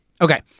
Okay